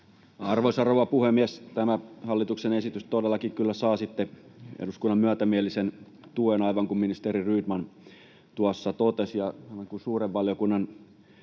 Arvoisa rouva puhemies! Tämä hallituksen esitys todellakin kyllä saa sitten eduskunnan myötämielisen tuen aivan niin kuin ministeri Rydman tuossa totesi. Ja aivan niin kuin